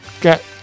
get